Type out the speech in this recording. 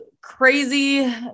crazy